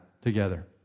together